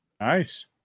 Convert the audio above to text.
Nice